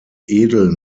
edel